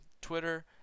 Twitter